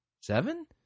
seven